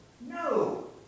No